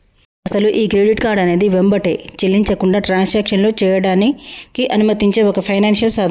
అసలు ఈ credit card అనేది వెంబటే చెల్లించకుండా ట్రాన్సాక్షన్లో చేయడానికి అనుమతించే ఒక ఫైనాన్షియల్ సాధనం